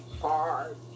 hard